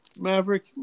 Maverick